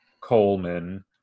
Coleman